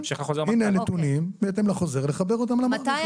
הינה הנתונים, בהתאם לחוזר, לחבר אותם למערכת.